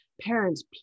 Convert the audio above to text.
parents